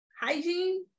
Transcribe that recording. hygiene